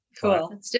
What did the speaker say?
Cool